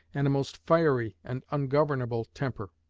and a most fiery and ungovernable temper.